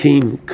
Came